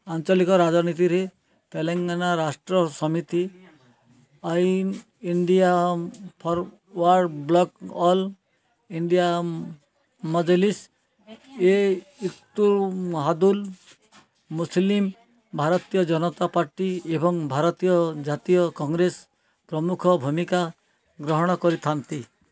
ଆଞ୍ଚଲିକ ରାଜନୀତିରେ ତେଲଙ୍ଗାନା ରାଷ୍ଟ୍ର ସମିତି India forward bloc all India ମଜଲିସ ମୁସଲିମ୍ Bharatiya Janata party ଏବଂ ଭାରତୀୟ ଜାତୀୟ କଂଗ୍ରେସ ପ୍ରମୁଖ ଭୂମିକା ଗ୍ରହଣ କରିଥାନ୍ତି